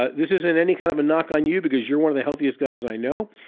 ah this isn't any kind of a knock on you because you're one of the healthiest guys i know,